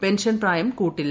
പെൻഷൻപ്രായം കൂട്ടില്ല